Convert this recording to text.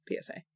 PSA